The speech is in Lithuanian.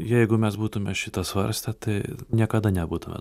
jeigu mes būtume šitą svarstę tai niekada nebūtume